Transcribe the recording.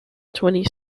twenty